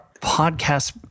podcast